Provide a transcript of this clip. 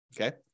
Okay